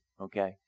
okay